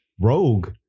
rogue